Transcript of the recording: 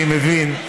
אני מבין.